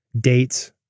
dates